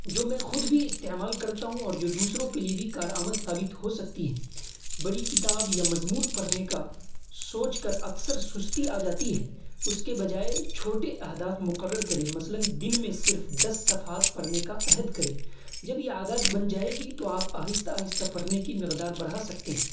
جو میں خود بھی استعمال کرتا ہوں اور دوسروں کے لیے بھی کارآمد ثابت ہو سکتی ہیں بڑی کتاب یا مضمون پرھنے کا سوچ کر اکثر سستی آجاتی ہے اس کے بجائے چھوٹے اہداف مقرر کریں مثلاً دن میں صرف دس صفحات پڑھنے کا عہد کریں جب یہ عادت بن جائے گی تو آپ آہستہ آہستہ پڑھنے کی مقدار برھا سکتے ہیں